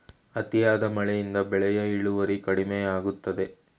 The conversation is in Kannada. ಅತಿಯಾದ ಮಳೆಯಿಂದ ಬೆಳೆಯ ಇಳುವರಿ ಕಡಿಮೆಯಾಗುತ್ತದೆ